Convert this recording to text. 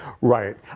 Right